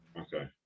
okay